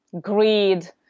greed